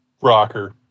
rocker